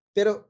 Pero